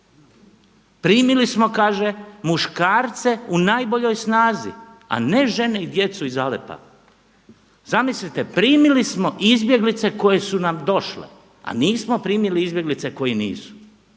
Primili smo kaže muškarce u najboljoj snazi a ne žene i djecu iz Aleppoa. Zamislite primili smo izbjeglice koje su nam došle a nismo primili izbjeglice koje nisu.